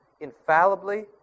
infallibly